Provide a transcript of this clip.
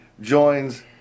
joins